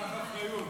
שייקח אחריות